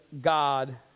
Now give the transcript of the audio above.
God